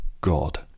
God